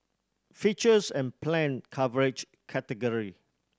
features and planned coverage category